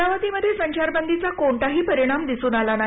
अमरावती मध्ये संचारबंदीचा कोणताही परिणाम दिसून आला नाही